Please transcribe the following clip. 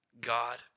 God